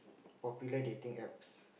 popular dating apps